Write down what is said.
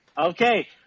okay